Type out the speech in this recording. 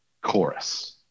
chorus